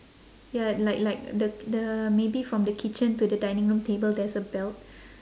ya like like the the maybe from the kitchen to the dining room table there's a belt